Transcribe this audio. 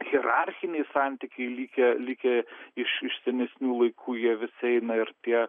hierarchiniai santykiai likę likę iš iš senesnių laikų jie vis eina ir tie